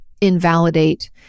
invalidate